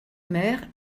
mère